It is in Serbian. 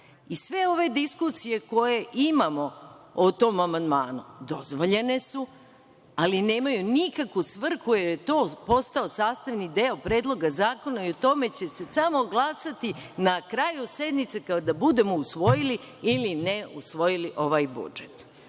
I sve ove diskusije koje imamo o tom amandmanu, dozvoljene su, ali nemaju nikakvu svrhu, jer je postao sastavni deo Predloga zakona i o tome će se samo glasati na kraju sednice kada budemo usvojili ili ne usvojili ovaj budžet. Što